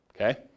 okay